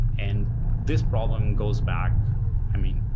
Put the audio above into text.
and this problem goes back i mean,